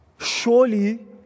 Surely